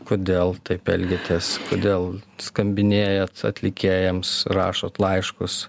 kodėl taip elgiatės kodėl skambinėjat atlikėjams rašot laiškus